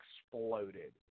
exploded